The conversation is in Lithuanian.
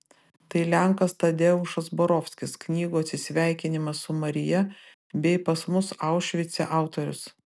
tai lenkas tadeušas borovskis knygų atsisveikinimas su marija bei pas mus aušvice autorius